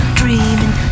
dreaming